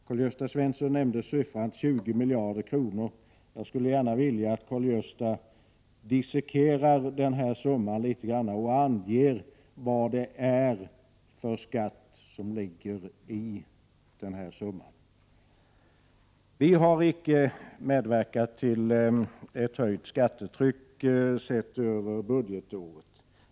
Karl-Gösta Svenson nämnde siffran 20 miljarder kronor. Jag skulle gärna vilja att Karl-Gösta Svenson dissekerar denna summa litet och anger vilka olika skatter som ingår i den. Vi har icke medverkat till ett höjt skattetryck, sett över budgetåret.